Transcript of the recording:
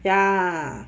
ya